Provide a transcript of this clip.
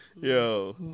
Yo